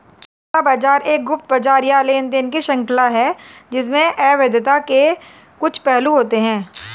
काला बाजार एक गुप्त बाजार या लेनदेन की श्रृंखला है जिसमें अवैधता के कुछ पहलू होते हैं